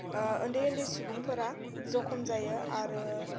उन्दै उन्दै सुबुंफोरा जखम जायो आरो